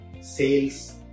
sales